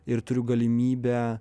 ir turiu galimybę